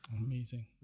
amazing